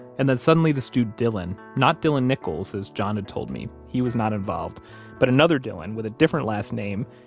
and then suddenly, this dude dylan not dylan nichols, as john had told me he was not involved but another dylan with a different last name,